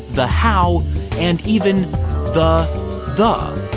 the how and even the the.